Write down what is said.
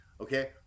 Okay